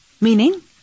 Meaning